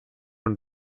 und